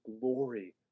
glory